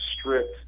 strict